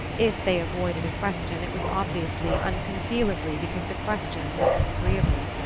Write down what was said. if they avoided a question it was obviously, unconcealably because the question was disagreeable.